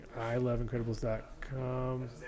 iloveincredibles.com